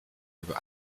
über